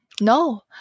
no